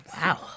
Wow